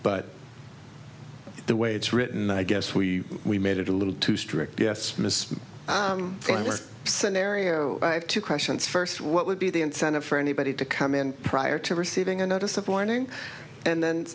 but the way it's written i guess we we made it a little too strict yes ms scenario i have two questions first what would be the incentive for anybody to come in prior to receiving a notice of warning and then